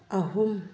ꯑꯍꯨꯝ